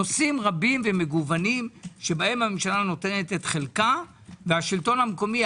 נושאים רבים ומגוונים שבהם הממשלה נותנת את חלקה והשלטון המקומי,